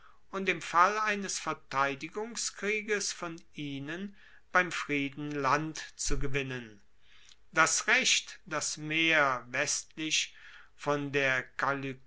und im fall eines verteidigungskrieges von ihnen beim frieden land zu gewinnen das recht das meer westlich von der